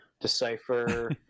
decipher